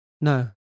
No